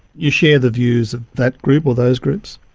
you share the views of that group, or those groups?